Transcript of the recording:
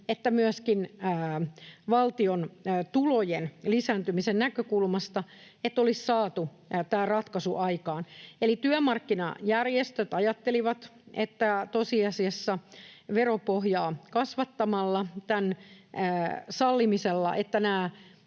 että myöskin valtion tulojen lisääntymisen näkökulmasta, että olisi saatu tämä ratkaisu aikaan. Eli työmarkkinajärjestöt ajattelivat tosiasiassa veropohjan kasvattamista ja tämän sallimista niin,